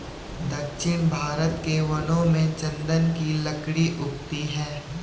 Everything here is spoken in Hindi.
दक्षिण भारत के वनों में चन्दन की लकड़ी उगती है